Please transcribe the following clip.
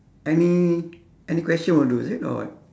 any any question will do is it or what